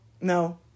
No